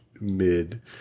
mid